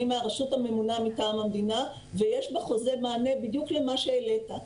אני מהרשות הממונה מטעם המדינה ויש בחוזה מענה בדיוק למה שהעלית.